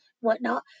whatnot